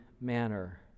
manner